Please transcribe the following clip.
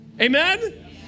Amen